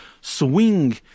swing